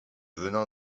venin